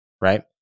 right